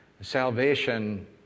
salvation